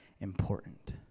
important